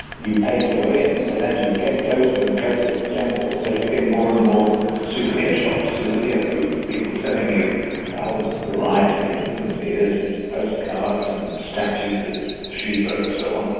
you pay to go in, but as you get closer and closer to the temple, so you get more and more souvenir shops, souvenir booths, people selling you a whole variety of souvenirs and postcards and statues of shiva and so on,